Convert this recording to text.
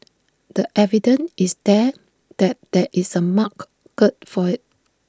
the evidence is there that there is A mark good for IT